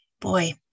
boy